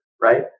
right